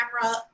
camera